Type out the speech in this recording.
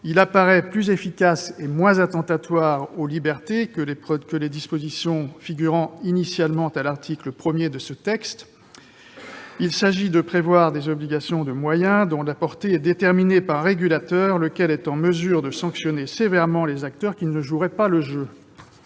il paraît plus efficace et moins attentatoire aux libertés que les dispositions figurant initialement à l'article 1 de la proposition de loi. Il s'agit de prévoir des obligations de moyens, dont la portée est déterminée par un régulateur, lequel est en mesure de sanctionner sévèrement les acteurs qui ne joueraient pas le jeu.